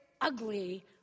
ugly